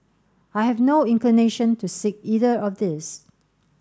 I have no inclination to seek either of these